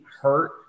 hurt